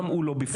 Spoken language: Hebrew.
גם הוא לא בפנים.